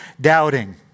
doubting